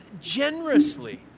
generously